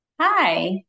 Hi